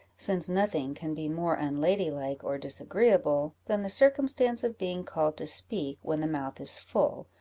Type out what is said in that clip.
since nothing can be more unladylike or disagreeable than the circumstance of being called to speak when the mouth is full,